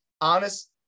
honest